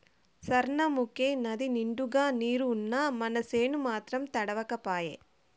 సార్నముకే నదినిండుగా నీరున్నా మనసేను మాత్రం తడవక పాయే